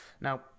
Now